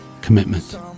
commitment